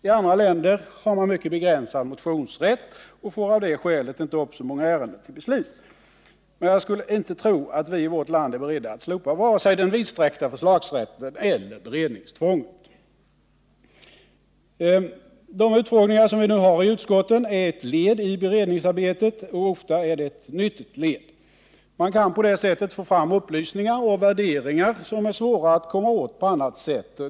I andra länder har man mycket begränsad motionsrätt och får av det skälet inte upp så många ärenden till beslut. Men jag skulle inte tro att vi i vårt land är beredda att slopa vare sig den vidsträckta förslagsrätten eller beredningstvånget. De utfrågningar som vi nu har i utskotten är ett led i beredningsarbetet, och ofta är det ett nyttigt led. Man kan på det sättet få fram upplysningar och värderingar, som är svåra att komma åt på annat sätt.